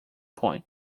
point